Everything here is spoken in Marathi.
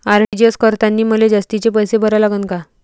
आर.टी.जी.एस करतांनी मले जास्तीचे पैसे भरा लागन का?